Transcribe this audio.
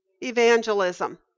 evangelism